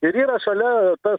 ir yra šalia tas